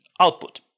output